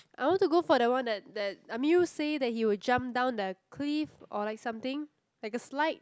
I want to go for the one that that Amirul say that he will jump down the cliff or like something like a slide